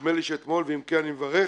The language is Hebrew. ונדמה לי שאתמול ואם כן אני מברך,